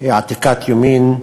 היא עתיקת יומין.